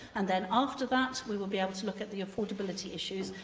and then, after that, we will be able to look at the affordability issues,